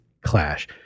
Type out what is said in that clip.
Clash